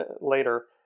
later